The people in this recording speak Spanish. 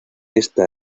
esta